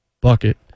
Bucket